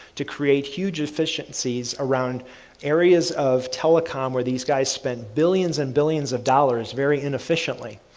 to create huge efficiencies around areas of telecom where these guys spend billions and billions of dollars very inefficiently.